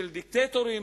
של דיקטטורים,